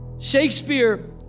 Shakespeare